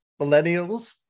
millennials